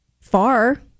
far